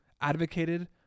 advocated